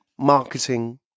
Marketing